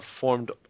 formed